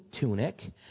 tunic